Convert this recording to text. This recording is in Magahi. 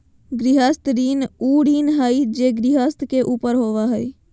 गृहस्थ ऋण उ ऋण हइ जे गृहस्थ के ऊपर होबो हइ